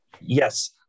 Yes